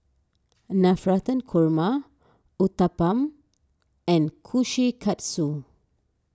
Navratan Korma Uthapam and Kushikatsu